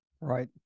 Right